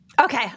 Okay